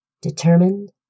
determined